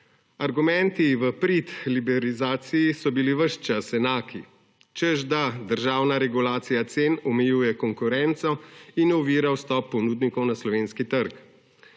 Argumentu v prid liberalizaciji so bili ves čas enaki, češ da državna regulacija cen omejuje konkurenco in ovira vstop ponudnikom na slovenski trg.